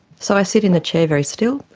so i sit in the chair very still,